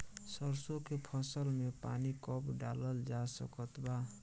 सरसों के फसल में पानी कब डालल जा सकत बा?